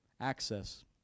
Access